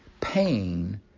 Pain